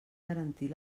garantir